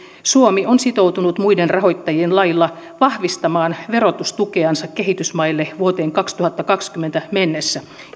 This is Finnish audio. suomi on sitoutunut muiden rahoittajien lailla vahvistamaan verotustukeansa kehitysmaille vuoteen kaksituhattakaksikymmentä mennessä